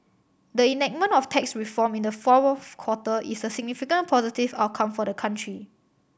the enactment of tax reform in the fourth quarter is a significant positive outcome for the country